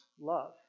love